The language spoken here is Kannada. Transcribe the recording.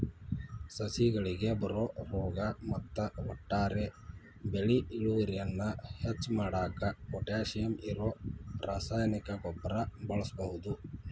ಸಸಿಗಳಿಗೆ ಬರೋ ರೋಗ ಮತ್ತ ಒಟ್ಟಾರೆ ಬೆಳಿ ಇಳುವರಿಯನ್ನ ಹೆಚ್ಚ್ ಮಾಡಾಕ ಪೊಟ್ಯಾಶಿಯಂ ಇರೋ ರಾಸಾಯನಿಕ ಗೊಬ್ಬರ ಬಳಸ್ಬಹುದು